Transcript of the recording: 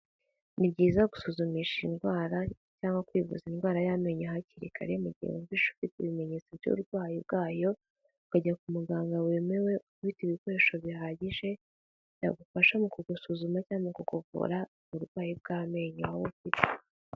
Ni byiza gusuzumisha indwara cyangwa kwivuza indwara y'amenyo hakiri kare, mu gihe wumvishe ufite ibimenyetso by'uburwayi bwayo, ukajya ku muganga wemewe ufite ibikoresho bihagije, byagufasha mu kugusuzuma cyangwa kukuvura uburwayi bw'amenyo aho gupfa.